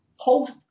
Post